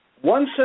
One